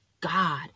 God